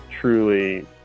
truly